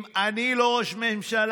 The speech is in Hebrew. אם אני לא ראש ממשלה,